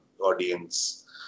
audience